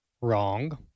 wrong